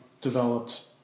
developed